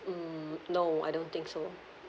mm no I don't think so